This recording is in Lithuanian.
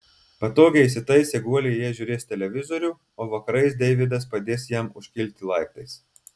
patogiai įsitaisę guolyje jie žiūrės televizorių o vakarais deividas padės jam užkilti laiptais